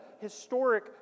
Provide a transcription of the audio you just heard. historic